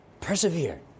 Persevere